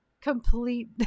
complete